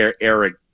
Eric